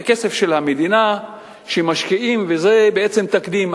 זה כסף של המדינה שמשקיעים, וזה בעצם תקדים.